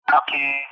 okay